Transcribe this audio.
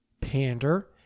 pander